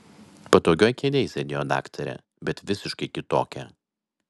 patogioj kėdėj sėdėjo daktarė bet visiškai kitokia